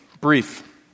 Brief